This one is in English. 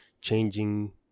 changing